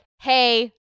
hey